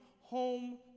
home